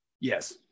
Yes